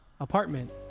apartment